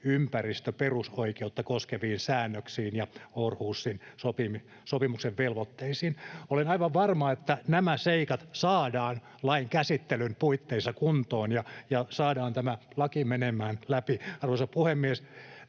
ympäristöperusoikeutta koskeviin säännöksiin ja Århusin sopimuksen velvoitteisiin. Olen aivan varma, että nämä seikat saadaan lain käsittelyn puitteissa kuntoon ja saadaan tämä laki menemään läpi. Arvoisa puhemies!